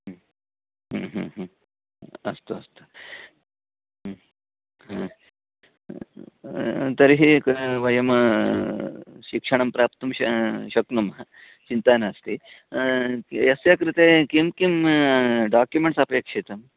अस्तु अस्तु तर्हि किं वयं शिक्षणं प्राप्तुं शक्नुमः चिन्ता नास्ति तस्य कृते किं किं डाक्युमेण्ट्स् अपेक्षितं